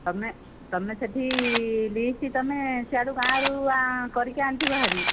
ତମେ ତମେ ସେହିଠି ଲିଷ୍ଟ ତମେ ସିଆଡ଼ୁ ଗାଁରୁ କରିକି ଆଣିଥିବ ହାରି